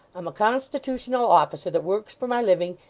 i'm a constitutional officer that works for my living,